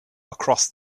across